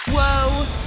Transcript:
Whoa